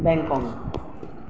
Bangkok